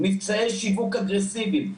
מבצעי שיווק אגרסיביים,